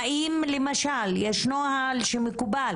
האם משרד הרווחה באמת מטפל בכפרים הבלתי מוכרים?